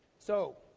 so,